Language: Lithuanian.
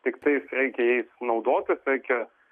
tiktai reikia jais naudotisreikia